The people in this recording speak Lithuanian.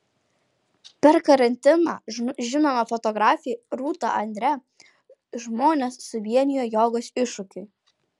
per karantiną žinoma fotografė rūta andre žmones suvienijo jogos iššūkiui